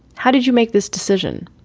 how did you make this decision?